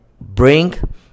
bring